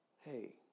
Hey